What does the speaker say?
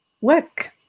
work